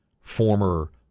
former